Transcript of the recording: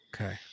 Okay